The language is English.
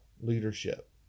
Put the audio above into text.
leadership